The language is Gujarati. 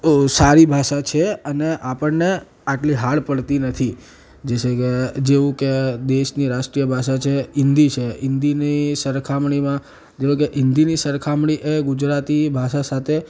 સારી ભાષા છે અને આપણને આટલી હાર્ડ પડતી નથી જૈસે કે જેવું કે દેશની રાષ્ટ્રીય ભાષા છે હિન્દી છે હિન્દીની સરખામણીમાં જો કે હિન્દીની સરખામણી એ ગુજરાતી ભાષા સાથે